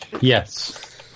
Yes